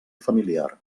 familiar